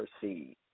proceed